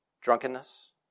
Drunkenness